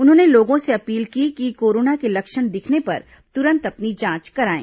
उन्होंने लोगों से अपील की कि कोरोना के लक्षण दिखने पर तुरंत अपनी जांच कराएं